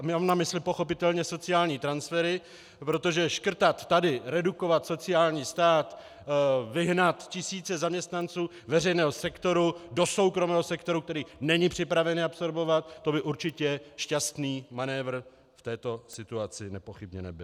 Mám na mysli pochopitelně sociální transfery, protože škrtat tady, redukovat sociální stát, vyhnat tisíce zaměstnanců veřejného sektoru do soukromého sektoru, který není připraven je absorbovat, to by určitě šťastný manévr v této situaci nepochybně nebyl.